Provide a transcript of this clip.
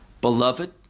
Beloved